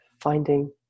finding